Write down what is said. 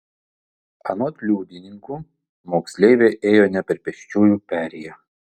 anot liudininkų moksleivė ėjo ne per pėsčiųjų perėją